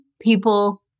people